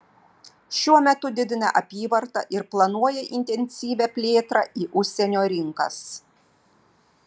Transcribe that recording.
šiuo metu didina apyvartą ir planuoja intensyvią plėtrą į užsienio rinkas